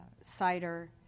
cider